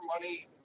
money